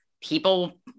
people